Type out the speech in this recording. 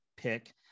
Pick